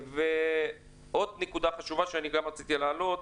עוד נקודה חשובה שרציתי להעלות